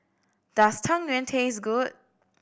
does Tang Yuen taste good